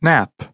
Nap